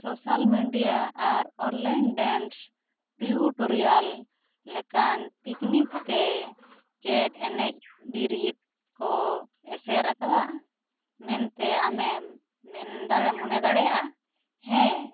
social media ᱟᱨ online dance tutorial ᱞᱮᱠᱟᱱ technique ᱛᱮ ᱪᱮᱫ ᱮᱱᱮᱡ ᱵᱤᱨᱤᱫ ᱠᱚ ᱮᱥᱮᱫ ᱟᱠᱟᱫᱟ ᱢᱮᱱᱛᱮ ᱟᱢᱮᱢ ᱢᱮᱱ ᱫᱟᱲᱮ ᱢᱚᱱᱮ ᱫᱟᱲᱮᱭᱟᱜᱼᱟ ᱦᱮᱸ